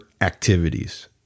activities